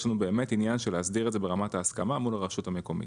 יש לנו באמת עניין של להסדיר את זה ברמת ההסכמה מול הרשות המקומית.